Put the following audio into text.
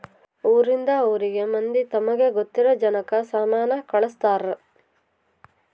ಊರಿಂದ ಊರಿಗೆ ಮಂದಿ ತಮಗೆ ಗೊತ್ತಿರೊ ಜನಕ್ಕ ಸಾಮನ ಕಳ್ಸ್ತರ್